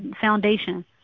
foundation